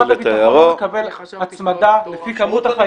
גם אם